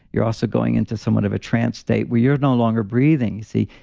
you're also going into somewhat of a trance state where you're no longer breathing. see,